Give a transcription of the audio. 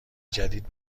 جدید